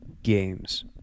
games